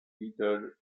dieter